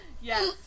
Yes